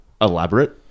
elaborate